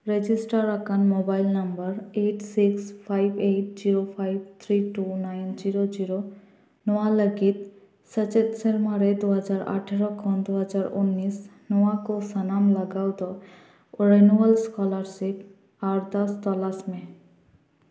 register ᱟᱠᱟᱱ mobile number eight six five eight zero five three two nine zero zero ᱱᱚᱣᱟ ᱞᱟᱹᱜᱤᱫ ᱥᱮᱪᱮᱫ ᱥᱮᱨᱢᱟᱨᱮ ᱫᱩᱦᱟᱡᱟᱨ ᱟᱴᱷᱟᱨᱳ ᱠᱷᱚᱱ ᱫᱩᱦᱟᱡᱟᱨ ᱩᱱᱤᱥ ᱱᱚᱣᱟ ᱠᱚ ᱥᱟᱱᱟᱢ ᱞᱟᱜᱟᱣ ᱫᱚ ᱨᱮᱱᱩᱭᱟᱞ ᱥᱠᱚᱞᱟᱨᱥᱤᱯ ᱟᱨᱫᱟᱥ ᱛᱚᱞᱟᱥ ᱢᱮ